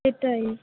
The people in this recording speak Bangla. সেটাই